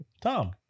Tom